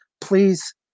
please